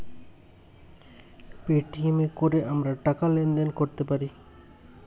Paytm এ কোরে আমরা টাকা লেনদেন কোরতে পারি